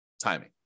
timing